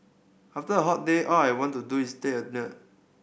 after a hot day all I want to do is take a